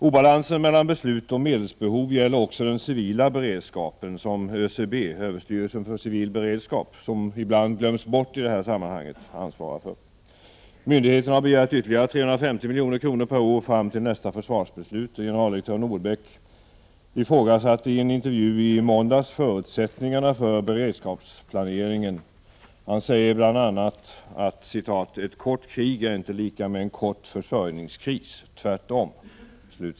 Obalansen mellan beslut och medelsbehov gäller även den civila beredskapen, som Överstyrelsen för civil beredskap ansvarar för men som ibland glöms bort i detta sammanhang. Myndigheten har begärt ytterligare 350 milj.kr. per år fram till nästa försvarsbeslut. Generaldirektör Nordbeck ifrågasatte i en intervju i måndags förutsättningarna för beredskapsplaneringen. Han sade bl.a. att ”ett kort krig är inte lika med en försörjningskris — tvärtom”.